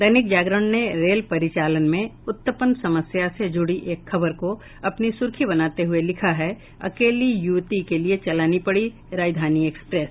दैनिक जागरण ने रेल परिचालन में उत्पन्न समस्या से जुड़ी एक खबर को अपनी सुर्खी बनाते हुए लिखा है अकेली युवती के लिए चलानी पड़ी राजधानी एक्सप्रेस